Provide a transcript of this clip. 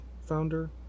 founder